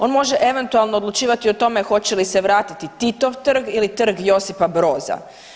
On može eventualno odlučivati o tome hoće li se vratiti Titov trg ili trg Josipa Broza.